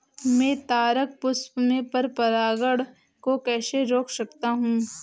मैं तारक पुष्प में पर परागण को कैसे रोक सकता हूँ?